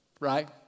right